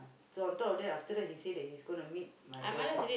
so on top of that after that he say that he's gonna meet my boyfriend